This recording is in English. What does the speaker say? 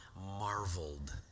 marveled